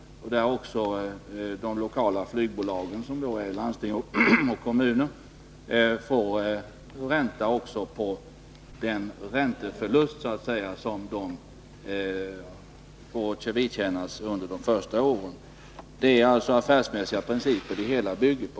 Då får också de lokala flygbolagen, landstingen och kommunerna så att säga ränta på den ränteförlust som de får vidkännas under de första åren. Det är alltså affärsmässiga principer det hela bygger på.